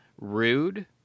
rude